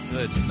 Good